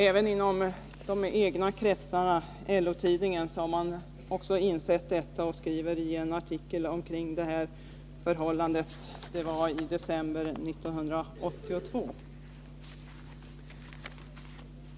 Även inom de egna kretsarna har man insett detta och man skriver i en artikel i LO-tidningen nr 50-52, 1982, om det här förhållandet.